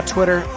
Twitter